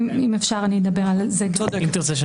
הצו.